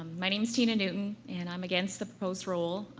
um my name is tina newton, and i'm against the proposed rule.